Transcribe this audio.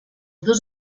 dos